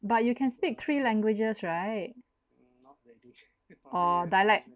but you can speak three languages right or dialect